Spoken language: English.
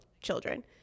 children